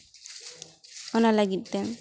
ᱚᱱᱟ ᱞᱟᱹᱜᱤᱫ ᱛᱮ